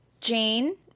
Jane